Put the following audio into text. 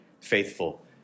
faithful